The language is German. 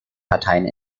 parteien